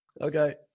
Okay